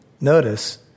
notice